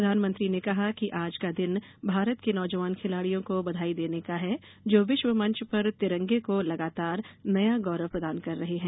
प्रधानमंत्री ने कहा कि आज का दिन भारत के नौजवान खिलाड़ियों को बधाई देने का है जो विश्व मंच पर तिरंगे को लगातार नया गौरव प्रदान कर रहे हैं